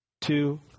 two